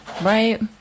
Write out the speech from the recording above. Right